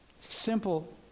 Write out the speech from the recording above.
Simple